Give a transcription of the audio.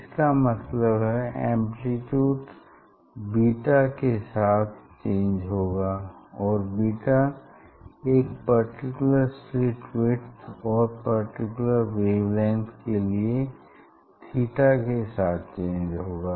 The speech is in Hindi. इसका मतलब है एम्प्लीट्यूड बीटा के साथ चेंज होगा और बीटा एक पर्टिकुलर स्लिट विड्थ और एक पर्टिकुलर वेवलेंथ के लिए थीटा के साथ चेंज होगा